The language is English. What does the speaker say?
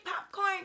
popcorn